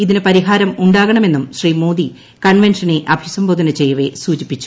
ഇതിന് പരിഹാരം ഉണ്ടാകണമെന്നും ശ്രീ മോദി കൺവെൻഷനെ അഭിസംബോധന ചെയ്യവേ സൂചിപ്പിച്ചു